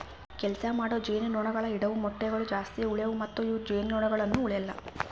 ಕೆಲಸ ಮಾಡೋ ಜೇನುನೊಣಗೊಳ್ ಇಡವು ಮೊಟ್ಟಗೊಳ್ ಜಾಸ್ತಿ ಉಳೆಲ್ಲ ಮತ್ತ ಇವು ಜೇನುನೊಣಗೊಳನು ಉಳೆಲ್ಲ